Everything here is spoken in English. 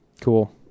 Cool